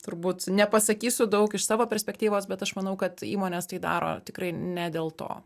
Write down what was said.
turbūt nepasakysiu daug iš savo perspektyvos bet aš manau kad įmonės tai daro tikrai ne dėl to